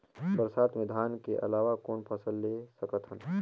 बरसात मे धान के अलावा कौन फसल ले सकत हन?